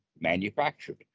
manufactured